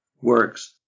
works